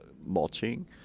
mulching